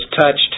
touched